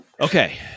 Okay